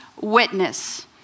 witness